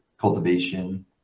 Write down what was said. cultivation